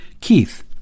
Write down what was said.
Keith